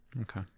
Okay